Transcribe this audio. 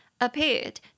appeared